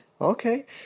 Okay